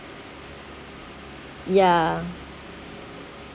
ya